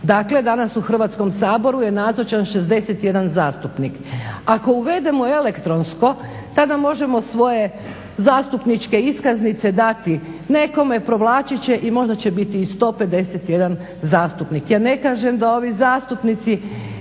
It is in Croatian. Dakle, danas u Hrvatskom saboru je nazočan 61 zastupnik. Ako uvedemo elektronskom tada možemo svoje zastupniče iskaznice dati nekome, provlačit će i možda će biti i 151 zastupnik. Ja ne kažem da ovi zastupnici